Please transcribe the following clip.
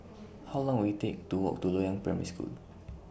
How Long Will IT Take to Walk to Loyang Primary School